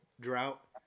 drought